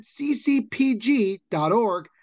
ccpg.org